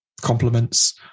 compliments